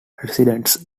residents